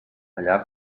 allà